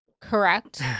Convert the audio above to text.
Correct